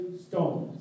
stones